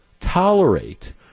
tolerate